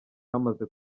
hamaze